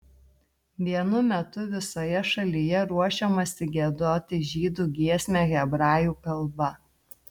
vienu metu visoje šalyje ruošiamasi giedoti žydų giesmę hebrajų kalba